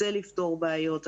רוצה לפתור בעיות.